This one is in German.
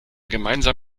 gemeinsam